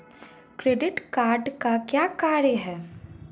Credit card का क्या कार्य है?